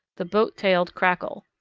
the boat-tailed crackle.